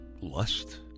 lust